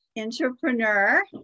Entrepreneur